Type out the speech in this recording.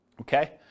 Okay